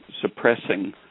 suppressing